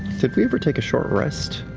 did we ever take a short rest?